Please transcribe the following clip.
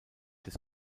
des